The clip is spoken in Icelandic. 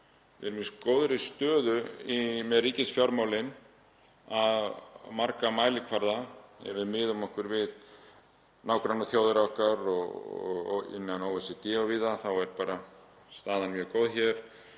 Við erum í góðri stöðu með ríkisfjármálin á marga mælikvarða. Ef við miðum okkur við nágrannaþjóðir okkar og innan OECD og víða er staðan mjög góð hér.